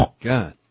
God